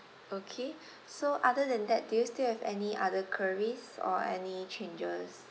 okay so other than that do you still have any other queries or any changes